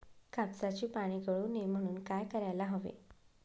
कापसाची पाने गळू नये म्हणून काय करायला हवे?